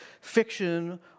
fiction